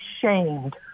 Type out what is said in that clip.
shamed